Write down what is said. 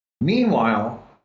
Meanwhile